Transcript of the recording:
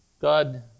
God